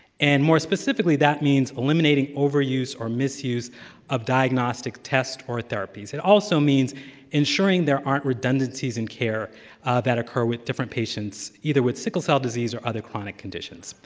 and, more specifically, that means eliminating overuse or misuse of diagnostic tests or therapies. it also means ensuring there aren't redundancies in care that occur with different patients, either with sickle cell disease or other chronic conditions.